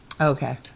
Okay